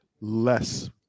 less